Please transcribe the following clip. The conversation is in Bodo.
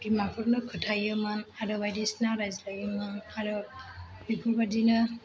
बिमाफोरनो खिन्थायोमोन आरो बायदिसिना रायज्लायोमोन आरो बेफोर बादिनो